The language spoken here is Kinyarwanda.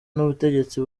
n’ubutegetsi